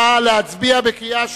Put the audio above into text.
נא להצביע בקריאה שלישית,